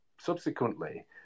subsequently